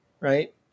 Right